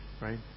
Right